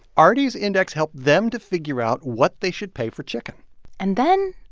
arty's index helped them to figure out what they should pay for chicken and then,